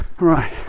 Right